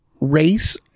race